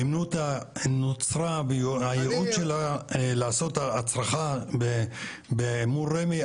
הימנותא נוצרה והייעוד שלה לעשות הצרחה מול רמ"י,